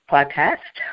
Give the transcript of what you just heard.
podcast